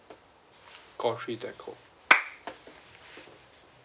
call three telco